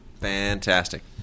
Fantastic